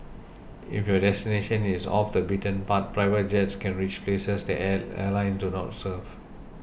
if your destination is off the beaten path private jets can reach places that air airlines do not serve